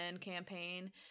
campaign